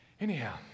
Anyhow